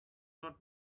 not